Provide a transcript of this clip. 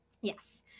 Yes